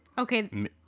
Okay